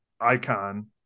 icon